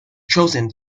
chosen